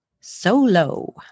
solo